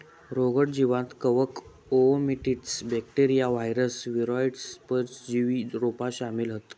रोगट जीवांत कवक, ओओमाइसीट्स, बॅक्टेरिया, वायरस, वीरोइड, परजीवी रोपा शामिल हत